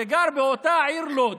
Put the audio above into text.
שגר באותה עיר לוד,